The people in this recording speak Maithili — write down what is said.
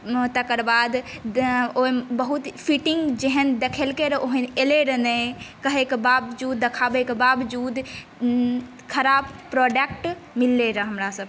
तकर बाद ओहि बहुत फ़िटिंग जेहन देखलैकै रऽ ओहन एलै रऽ नहि कहैक बाबजूद देख़ाबयक बाबजूद ख़राब प्रोडक्ट मिललै रऽ हमरासभके